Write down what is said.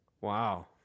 Wow